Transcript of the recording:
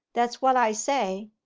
that's what i say.